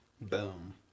Boom